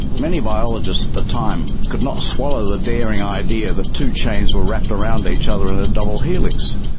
many biologists at the time could not swallow the daring idea that two chains were wrapped around each other in a double helix.